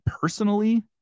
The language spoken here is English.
personally